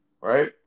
Right